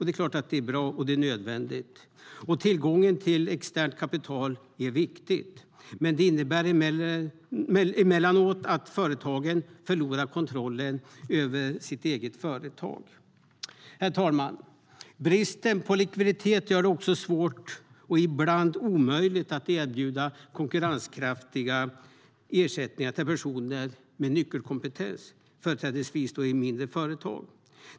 Det är klart att det är bra och nödvändigt, och tillgången till externt kapital är viktig. Men det innebär emellanåt att företagen förlorar kontrollen över sitt eget företag. Herr talman! Bristen på likviditet gör det också svårt och ibland omöjligt att erbjuda konkurrenskraftiga ersättningar till personer med nyckelkompetens, företrädesvis i mindre företag.